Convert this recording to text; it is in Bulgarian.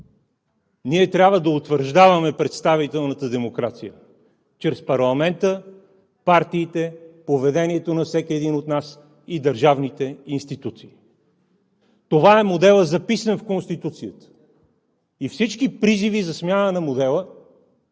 Ние трябва да утвърждаваме представителната демокрация чрез парламента, партиите, поведението на всеки един от нас и държавните институции. Това е моделът, записан в Конституцията, и всички призиви за смяна на модела,